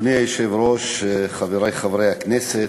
אדוני היושב-ראש, חברי חברי הכנסת,